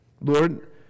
Lord